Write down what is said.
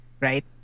right